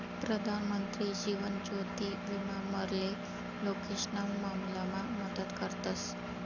प्रधानमंत्री जीवन ज्योति विमा मरेल लोकेशना मामलामा मदत करस